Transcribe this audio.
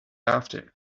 after